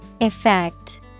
Effect